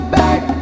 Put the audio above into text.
back